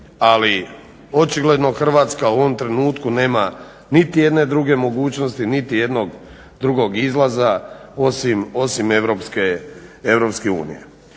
ali očigledno Hrvatska u ovom trenutku nema niti jedne druge mogućnosti niti jednog drugog izlaza osim EU. Ima ovdje